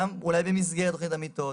אולי במסגרת תוכנית המיטות,